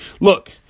Look